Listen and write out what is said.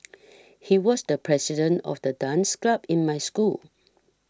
he was the president of the dance club in my school